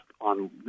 on